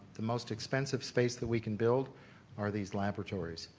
the most expensive space that we can build are these laboratories.